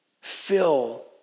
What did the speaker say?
fill